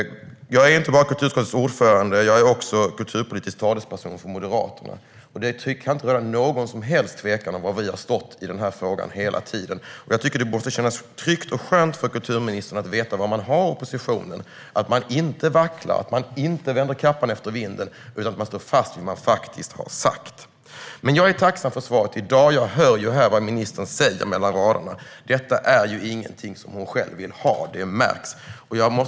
Jag är inte bara kulturutskottets ordförande. Jag är också kulturpolitisk talesperson för Moderaterna. Det kan inte råda någon som helst tvekan om var vi hela tiden har stått i den här frågan. Jag tycker att det måste kännas tryggt och skönt för kulturministern att veta var hon har oppositionen - att man inte vacklar och vänder kappan efter vinden, utan står fast vid vad man har sagt. Men jag är tacksam för svaret i dag. Jag hör vad ministern säger "mellan raderna". Detta är ingenting som hon själv vill ha. Det märks.